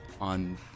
on